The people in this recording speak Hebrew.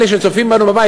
אלה שצופים בנו בבית,